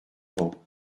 vent